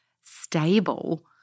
stable